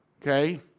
Okay